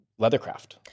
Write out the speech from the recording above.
leathercraft